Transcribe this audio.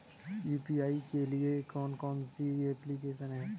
UPI के लिए कौन कौन सी एप्लिकेशन हैं?